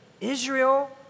Israel